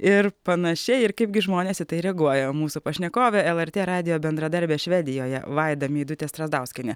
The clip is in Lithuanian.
ir panašiai ir kaipgi žmonės į tai reaguoja mūsų pašnekovė lrt radijo bendradarbė švedijoje vaida meidutė strazdauskienė